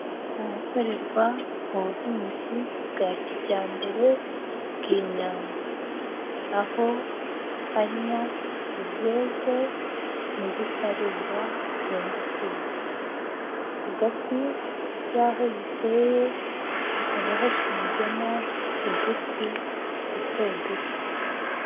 Ahakorerwa ubuhinzi bwa kijyambere bw'inyanya, aho harimo izeze n'izitarera zenda kwera, hagati y'aho ziteye hakaba hashinzemo uduti duto duto.